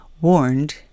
warned